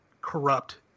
corrupt